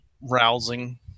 rousing